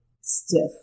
stiff